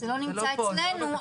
זה לא נמצא אצלנו,